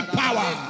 power